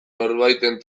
norbaiten